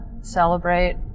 celebrate